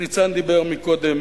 ניצן דיבר מקודם.